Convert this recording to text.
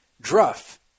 Druff